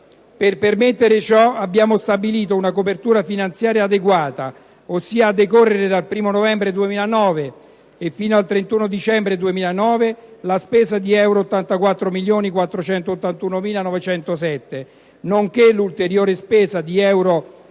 Per permettere ciò abbiamo stabilito una copertura finanziaria adeguata, ossia a decorrere dal 1° novembre 2009 e fino al 31 dicembre 2009 la spesa di euro 84.481.907, nonché l'ulteriore spesa di euro